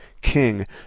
king